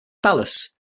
dallas